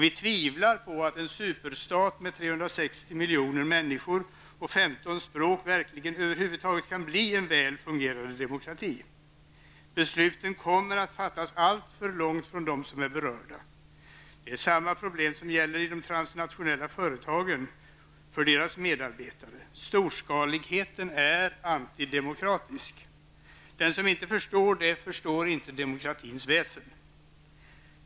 Vi tvivlar på att en superstat med 360 miljoner människor och 15 språk verkligen över huvud taget kan bli en väl fungerande demokrati. Besluten kommer att fattas alltför långt från dem som är berörda. Detsamma problem som gäller för medarbetare i de transnationella företagen. Storskaligheten är antidemokratisk. Den som inte förstår detta förstår inte demokratins väsen.